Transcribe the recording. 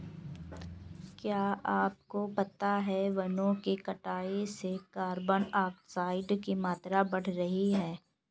क्या आपको पता है वनो की कटाई से कार्बन डाइऑक्साइड की मात्रा बढ़ रही हैं?